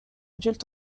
adultes